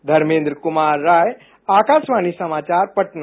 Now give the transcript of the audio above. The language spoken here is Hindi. ध्रर्मेन्द्र कुमार राय आकाशवाणी समाचार पटना